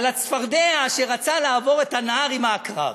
לצפרדע שרצה לעבור את הנהר עם העקרב.